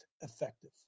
effective